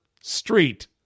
street